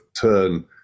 turn